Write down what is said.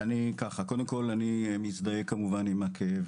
אני מזדהה כמובן עם הכאב